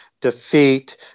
defeat